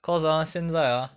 cause ah 现在 ah